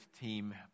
team